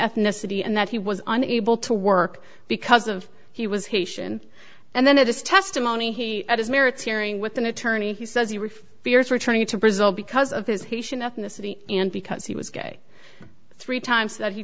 ethnicity and that he was unable to work because of he was haitian and then it is testimony at his merits hearing with an attorney he says he referred fears returning to brazil because of his haitian ethnicity and because he was gay three times